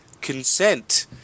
consent